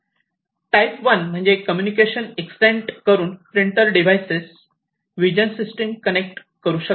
type one म्हणजे हे communication extend करून printer device vision system connect करू शकतात